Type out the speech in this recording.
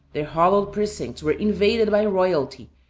their hallowed precincts were invaded by royalty,